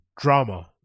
drama